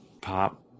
pop